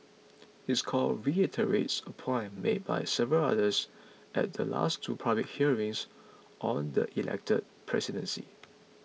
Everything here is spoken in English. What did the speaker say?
his call reiterates a point made by several others at the last two public hearings on the elected presidency